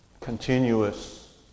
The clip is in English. continuous